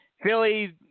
Philly